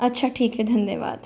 अच्छा ठीक है धन्यवाद